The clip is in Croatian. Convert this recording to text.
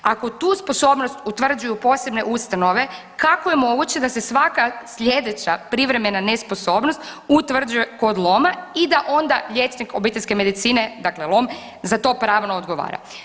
Ako tu sposobnost utvrđuju posebne ustanove kako je moguće da se svaka sljedeća privremena nesposobnost utvrđuje kod loma i da onda liječnik obiteljske medicine, dakle lom za to pravno odgovara.